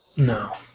No